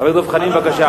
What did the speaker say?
חבר הכנסת חנין, בבקשה.